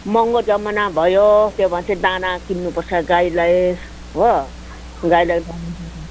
महँगो जमाना भयो त्योमाथि दाना किन्नु पर्छ गाईलाई हो गाईलाई